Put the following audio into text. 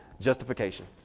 justification